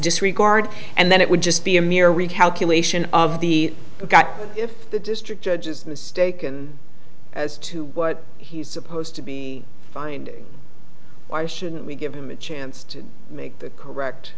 disregard and then it would just be a mere recalculation of the guy if the district judge is mistaken as to what he's supposed to be fined why shouldn't we give him a chance to make the correct